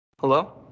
Hello